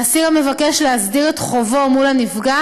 לאסיר המבקש להסדיר את חובו מול הנפגע